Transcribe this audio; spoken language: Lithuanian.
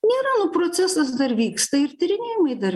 nėra nu procesas dar vyksta ir tyrinėjimai dar